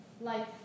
life